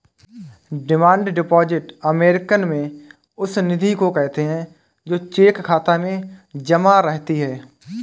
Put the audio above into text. demand deposit American में उस निधि को कहते हैं जो चेक खाता में जमा रहती है